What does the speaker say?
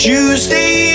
Tuesday